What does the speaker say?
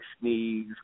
sneeze